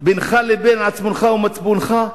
בינך לבין עצמך ומצפונך?